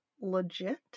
legit